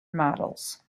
models